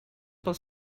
pel